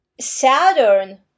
Saturn